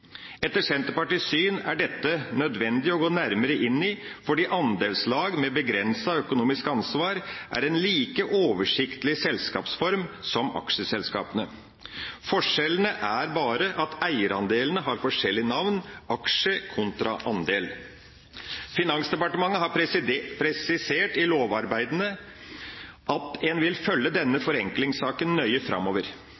Etter Senterpartiets syn er dette nødvendig å gå nærmere inn i, fordi andelslag med begrenset økonomisk ansvar er en like oversiktlig selskapsform som aksjeselskapene. Forskjellene er bare at eierandelene har forskjellige navn – aksje kontra andel. Finansdepartementet har presisert i lovarbeidene at en vil følge denne